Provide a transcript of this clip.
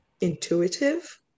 intuitive